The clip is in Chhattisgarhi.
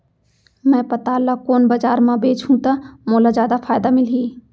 मैं पताल ल कोन बजार म बेचहुँ त मोला जादा फायदा मिलही?